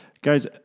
Guys